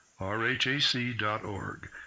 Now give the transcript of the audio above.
rhac.org